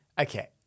okay